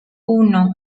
uno